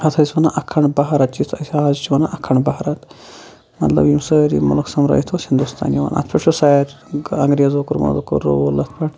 اتھ ٲسۍ وَنان اَکھنٛڈ بھارَت یَتھ ٲسۍ آز چھِ وَنان اَکھنٛڈ بھارَت مَطلَب یِم سٲری مُلُک سوٚمبرٲیِتھ اوس ہِندُستان یِوان اَتھ پیٚٹھ چھُ ساروی اَنٛگریزو موٚغلَو کوٚرمُت روٗل اتھ پیٚٹھ